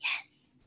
yes